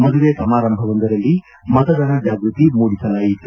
ಮದುವೆ ಸಮಾರಂಭವೊಂದರಲ್ಲಿ ಮತದಾನ ಜಾಗೃತಿ ಮೂಡಿಸಲಾಯಿತು